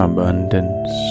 Abundance